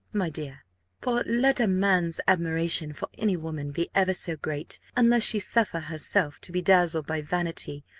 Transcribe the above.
my dear for let a man's admiration for any woman be ever so great, unless she suffer herself to be dazzled by vanity,